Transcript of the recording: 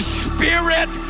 spirit